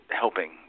helping